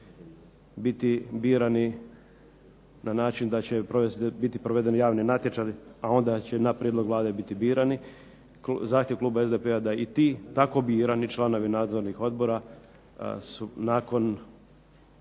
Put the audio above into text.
biti birani na način da će biti proveden javni natječaj onda će na prijedlog Vlade biti birani, zahtjev Kluba SDP-a da tako birani članovi nadzornih odbora su nakon